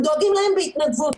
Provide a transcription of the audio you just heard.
הם דואגים להם בהתנדבות.